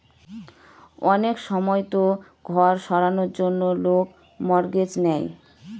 অনেক সময়তো ঘর সারানোর জন্য লোক মর্টগেজ নেয়